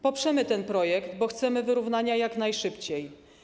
Poprzemy ten projekt, bo chcemy wyrównania jak najszybciej.